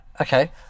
Okay